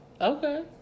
Okay